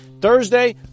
Thursday